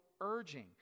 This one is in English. urging